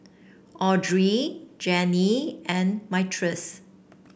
Audrey Janene and Myrtice